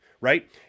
right